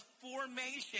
formation